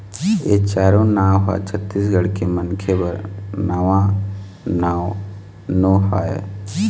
ए चारो नांव ह छत्तीसगढ़ के मनखे बर नवा नांव नो हय